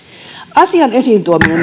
asian esiintuominen